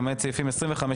למעט סעיפים 26-25,